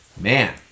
Man